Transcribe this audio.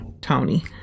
Tony